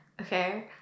okay